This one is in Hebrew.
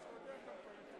(חברי הכנסת מקדמים בקימה את פני נשיא המדינה.)